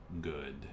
Good